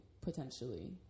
potentially